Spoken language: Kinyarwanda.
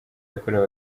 yakorewe